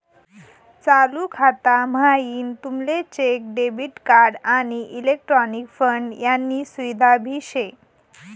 चालू खाता म्हाईन तुमले चेक, डेबिट कार्ड, आणि इलेक्ट्रॉनिक फंड यानी सुविधा भी शे